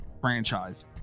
franchise